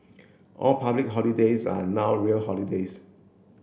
all public holidays are now real holidays